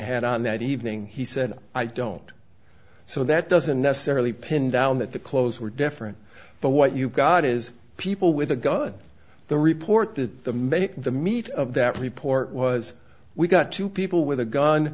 had on that evening he said i don't so that doesn't necessarily pin down that the clothes were different but what you got is people with a gun the report that the make the meat of that report was we got two people with a gun